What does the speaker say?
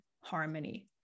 harmony